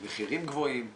מחירים גבוהים וכדומה.